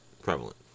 prevalent